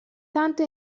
tanto